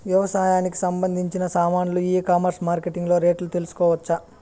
వ్యవసాయానికి సంబంధించిన సామాన్లు ఈ కామర్స్ మార్కెటింగ్ లో రేట్లు తెలుసుకోవచ్చా?